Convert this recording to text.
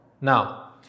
Now